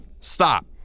stop